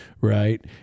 right